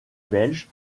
belges